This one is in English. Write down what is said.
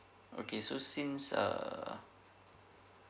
okay so since err